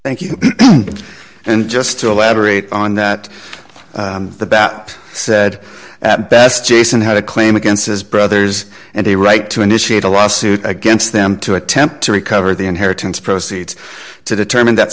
thank you and just to elaborate on that the bat said at best jason had a claim against his brothers and a right to initiate a lawsuit against them to attempt to recover the inheritance proceeds to determine that